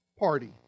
Party